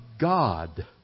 God